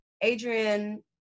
adrian